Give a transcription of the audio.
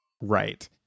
Right